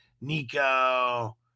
nico